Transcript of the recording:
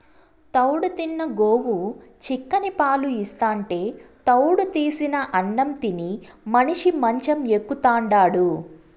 తౌడు తిన్న గోవు చిక్కని పాలు ఇస్తాంటే తౌడు తీసిన అన్నం తిని మనిషి మంచం ఎక్కుతాండాడు